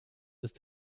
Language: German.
ist